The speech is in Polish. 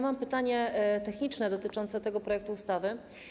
Mam pytanie techniczne dotyczące tego projektu ustawy.